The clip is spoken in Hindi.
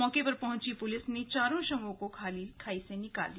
मौके पर पहुंची पुलिस ने चारों शवों को खाई से निकाला